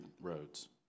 roads